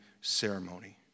ceremony